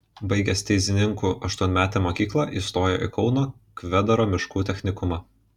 baigęs teizininkų aštuonmetę mokyklą įstojo į kauno kvedaro miškų technikumą